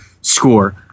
score